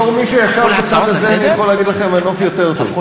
בתור מי שישב בצד הזה אני יכול להגיד לכם: הנוף יותר טוב.